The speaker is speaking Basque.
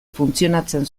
funtzionatzen